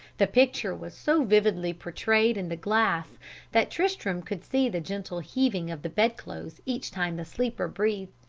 the picture was so vividly portrayed in the glass that tristram could see the gentle heaving of the bedclothes each time the sleeper breathed.